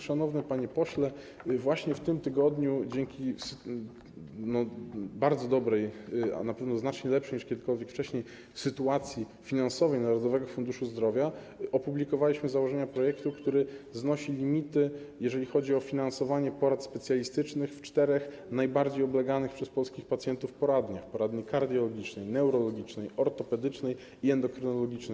Szanowny panie pośle, właśnie w tym tygodniu dzięki bardzo dobrej, a na pewno znacznie lepszej niż kiedykolwiek wcześniej sytuacji finansowej Narodowego Funduszu Zdrowia opublikowaliśmy założenia projektu, który znosi limity, jeżeli chodzi o finansowanie porad specjalistycznych w czterech najbardziej obleganych przez polskich pacjentów poradniach: kardiologicznej, neurologicznej, ortopedycznej i edokrynologicznej.